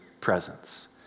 presence